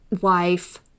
wife